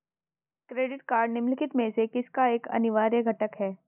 Credit card निम्नलिखित में से किसका एक अनिवार्य घटक है?